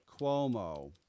Cuomo